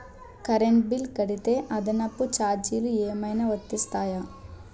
Current bill కడితే అదనపు ఛార్జీలు ఏమైనా వర్తిస్తాయా?